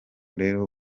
rero